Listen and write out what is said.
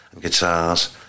guitars